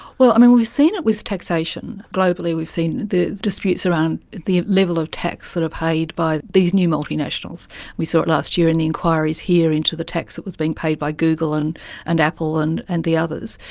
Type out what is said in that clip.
well, um and we've seen it with taxation, globally we've seen the disputes around the level of tax that are paid by these new multinationals we saw it last year in the enquiries here into the tax that was being paid by google and and apple and and the others,